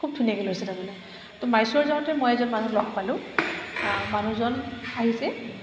খুব ধুনীয়াকৈ লৈছে তাৰমানে তো মাইছৰ যাওঁতে মই এজন মানুহ লগ পালোঁ মানুহজন আহিছে